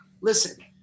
listen